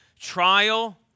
trial